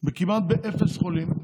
כמעט באפס חולים,